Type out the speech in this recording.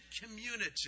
community